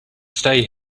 stay